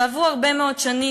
ועברו הרבה מאוד שנים,